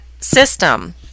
system